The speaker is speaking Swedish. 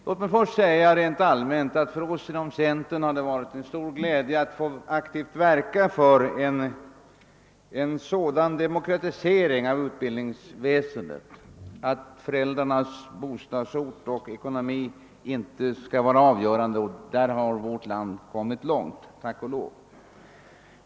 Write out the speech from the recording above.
Låt mig först rent allmänt säga att det för oss inom centern har varit till stor glädje att aktivt få verka för en sådan demokratisering av utbildningsväsendet att föräldrarnas bostadsort och ekonomi inte skall vara avgörande. Där har vårt land kommit långt, tack och lov.